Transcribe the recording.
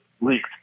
leaked